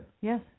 Yes